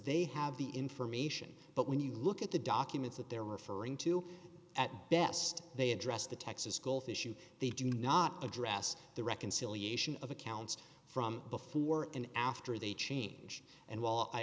they have the information but when you look at the documents that they're referring to at best they address the texas gulf issue they do not address the reconciliation of accounts from before and after they change and w